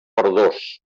verdós